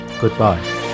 Goodbye